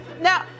Now